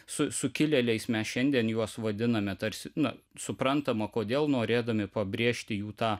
su sukilėliais mes šiandien juos vadiname tarsi na suprantama kodėl norėdami pabrėžti jų tą